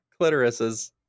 clitorises